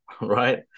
Right